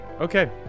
Okay